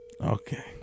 Okay